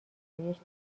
افزایش